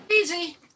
easy